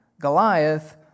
Goliath